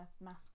mask